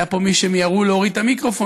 היו פה מי שמיהרו להוריד את המיקרופון,